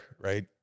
right